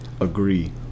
Agree